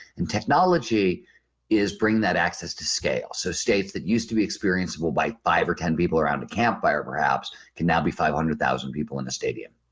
and technology is bringing that access to scale. so states that used to be experiencable by five or ten people around a campfire perhaps can now be five hundred thousand people in a stadium.